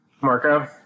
Marco